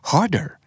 Harder